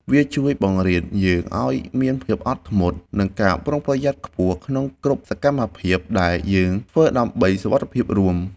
វាជួយបង្រៀនយើងឱ្យមានភាពអត់ធ្មត់ និងការប្រុងប្រយ័ត្នខ្ពស់ក្នុងគ្រប់សកម្មភាពដែលយើងធ្វើដើម្បីសុវត្ថិភាពរួម។